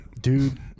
dude